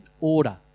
order